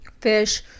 fish